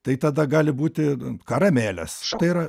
tai tada gali būti karamelės štai ir